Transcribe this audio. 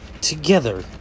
together